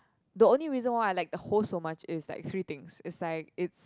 the only reason why I like the whole so much is like three things is like it's